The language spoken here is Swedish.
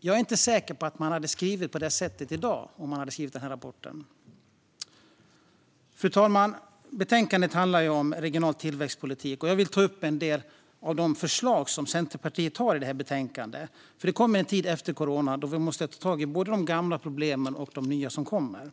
Jag är inte säker på att man hade skrivit på det sättet i dag. Fru talman! Betänkandet handlar om regional tillväxtpolitik, och jag vill ta upp en del av de förslag som Centerpartiet har i detta betänkande. Det kommer ju en tid efter corona när vi måste tag både i de gamla problemen och de nya som kommer.